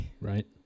right